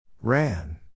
Ran